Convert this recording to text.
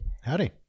Howdy